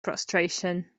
prostration